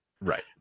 Right